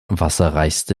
wasserreichste